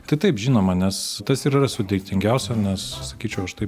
tai taip žinoma nes tas ir yra sudėtingiausia nes sakyčiau aš tai